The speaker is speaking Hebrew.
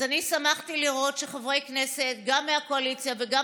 אני שמחתי לראות שחברי כנסת גם מהקואליציה וגם